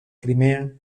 crimea